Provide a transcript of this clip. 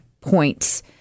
points